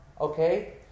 okay